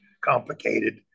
complicated